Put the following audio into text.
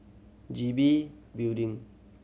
G B Building